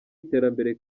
iterambere